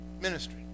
ministry